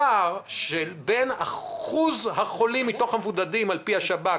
הפער שבין הפער בין אחוז החולים מתוך המבודדים על פי השב"כ,